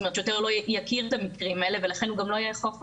זאת אומרת הוא לא יכיר את המקרים האלה ולכן הוא גם לא יאכוף אותם.